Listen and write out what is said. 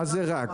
מה זה רק?